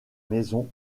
maisons